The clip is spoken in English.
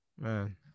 man